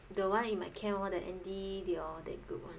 the one in my camp [one] the Andy they all that group [one]